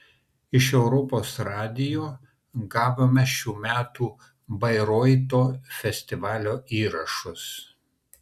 iš europos radijo gavome šių metų bairoito festivalio įrašus